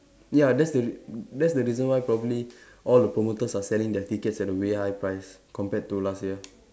ya that's the re that's the reason why probably all the promoters are selling their tickets at a way high price compared to last year